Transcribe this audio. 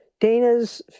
Dana's